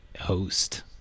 host